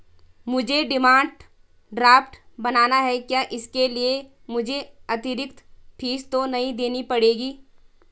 मुझे demand draft बनाना है क्या इसके लिए मुझे अतिरिक्त फीस तो नहीं देनी पड़ेगी?